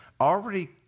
already